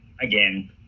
again